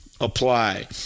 apply